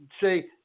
say